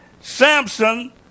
Samson